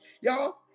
y'all